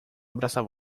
abraçar